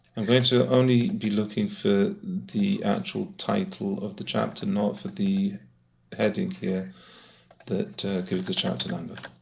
i'm going to only be looking for the actual title of the chapter, not for the heading here that gives the chapter number.